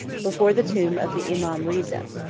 before the tomb of the imam riza.